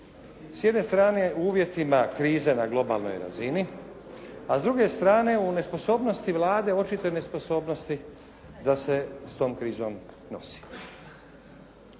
S jedne strane u uvjetima krize na globalnoj razini, a s druge strane u nesposobnosti Vlade i očitoj nesposobnosti da se s tom krizom nosi.